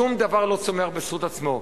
שום דבר לא צומח בזכות עצמו,